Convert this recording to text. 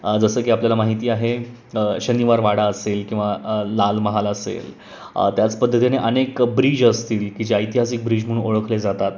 जसं की आपल्याला माहिती आहे शनिवार वाडा असेल किंवा लाल महाल असेल त्याच पद्धतीने अनेक ब्रिज असतील की जे ऐतिहासिक ब्रिज म्हणून ओळखले जातात